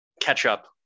catch-up